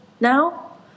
now